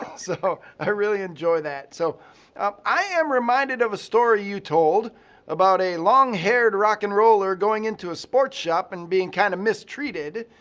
so i really enjoy that. so um i am reminded of a story you told about a long haired rock and roller going into a sports shop and being kind of mistreated.